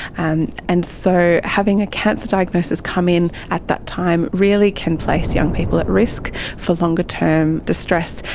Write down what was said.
and and so having a cancer diagnosis come in at that time really can place young people at risk for longer-term distress.